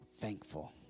thankful